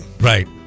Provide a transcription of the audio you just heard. Right